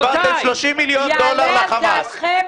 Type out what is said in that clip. אתם יושבים קבוע בוועדת כספים.